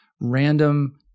random